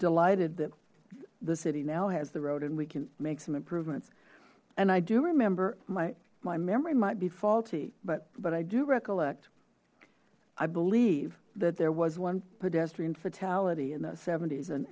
delighted that the city now has the road and we can make some improvements and i do remember my my memory might be faulty but but i do recollect i believe that there was one pedestrian fatality in the